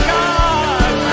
God